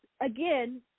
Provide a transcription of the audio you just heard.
again